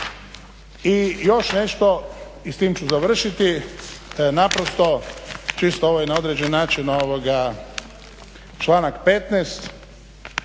I još nešto i s tim ću završiti. Naprosto čito ovo na određen način članak 15.